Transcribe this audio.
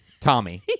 Tommy